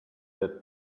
that